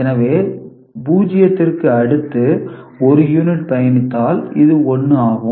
எனவே 0 விற்கு அடுத்து 1 யூனிட் பயணித்தால் இது 1 ஆகும்